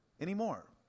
anymore